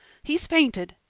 he's fainted,